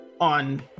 on